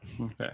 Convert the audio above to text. Okay